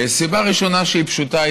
סיבה ראשונה שהיא פשוטה,